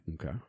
Okay